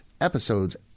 episodes